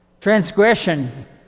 transgression